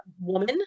woman